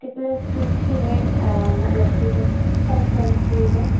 ਅਤੇ plus two 'ਚ ਕਿੰਨੇ ਮਤਲਬ ਕਿ ਪ੍ਰਸੈਂਟੇਜ ਹੈ